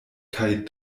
kaj